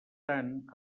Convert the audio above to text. tant